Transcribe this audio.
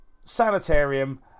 Sanitarium